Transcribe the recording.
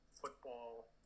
football